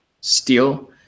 steel